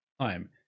time